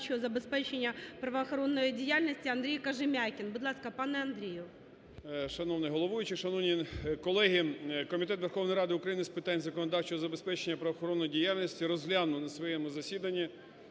законодавчого забезпечення правоохоронної діяльності Андрій Кожем'якін. Будь ласка, пане Андрію.